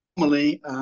Normally